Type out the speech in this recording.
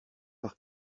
par